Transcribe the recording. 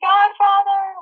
Godfather